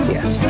Yes